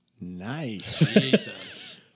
Nice